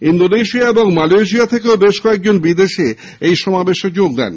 Indonesia ও Malaysia থেকেও বেশ কয়েকজন বিদেশী এই সমাবেশে যোগ দেন